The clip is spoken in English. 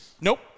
Nope